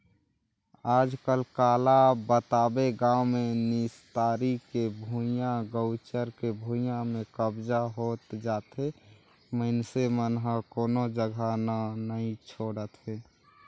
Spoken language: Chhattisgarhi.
आजकल काला बताबे गाँव मे निस्तारी के भुइयां, गउचर के भुइयां में कब्जा होत जाथे मइनसे मन ह कोनो जघा न नइ छोड़त हे